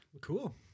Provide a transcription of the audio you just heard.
cool